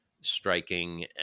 striking